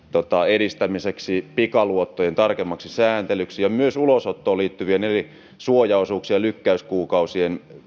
edistämiseksi pikaluottojen tarkemmaksi sääntelyksi ja myös ulosottoon liittyvien eri suojaosuuksien lykkäyskuukausien